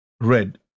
red